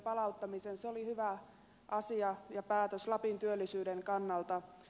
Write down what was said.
se oli hyvä asia ja päätös lapin työllisyyden kannalta